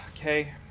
okay